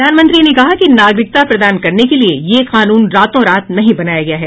प्रधानमंत्री ने कहा कि नागरिकता प्रदान करने के लिए यह कानून रातों रात नहीं बनाया गया है